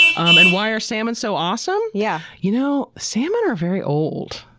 um and why are salmon so awesome? yeah you know, salmon are very old.